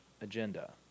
agenda